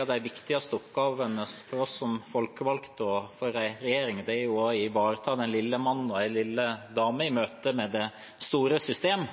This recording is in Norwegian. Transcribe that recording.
av de viktigste oppgavene for oss som folkevalgte og for en regjering er å ivareta den lille mann og den lille dame i møte med det store system.